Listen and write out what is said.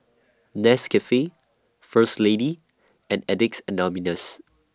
Nescafe First Lady and Addicts Anonymous